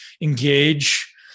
engage